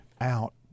out